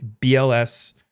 BLS